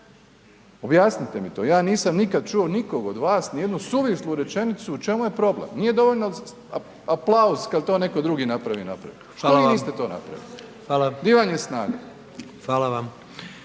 Objasnite mi to, ja nisam nikad čuo nikog od vas, ni jednu suvislu rečenicu u čemu je problem, nije dovoljno aplauz kad to netko drugi napravi napravit …/Upadica: Hvala vam./…